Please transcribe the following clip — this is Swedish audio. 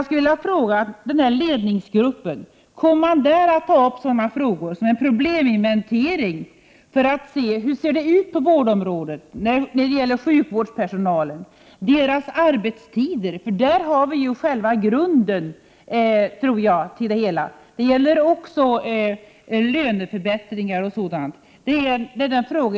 Kommer man i denna ledningsgrupp att ta upp frågor som t.ex. att utföra en probleminventering för att se hur det är på vårdområdet när det gäller sjukvårdspersonalen och deras arbetstider? Jag tror att vi där har själva grunden till det hela. Det gäller också löneförbättringar och sådant.